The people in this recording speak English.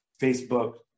Facebook